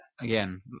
Again